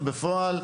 בפועל,